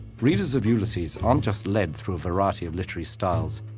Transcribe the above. readers of ulysses aren't just led through a variety of literary styles.